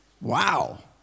Wow